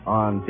on